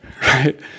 Right